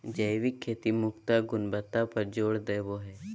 जैविक खेती मुख्यत गुणवत्ता पर जोर देवो हय